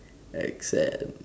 Excel